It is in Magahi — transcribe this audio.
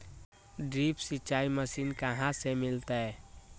ड्रिप सिंचाई मशीन कहाँ से मिलतै?